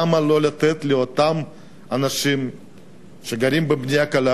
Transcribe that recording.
למה לא לתת לאותם אנשים שגרים בבנייה קלה,